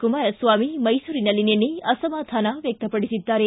ಕುಮಾರಸ್ವಾಮಿ ಮೈಸೂರಿನಲ್ಲಿ ನಿನ್ನೆ ಅಸಮಾಧಾನ ವ್ಯಕ್ತಪಡಿಸಿದ್ದಾರೆ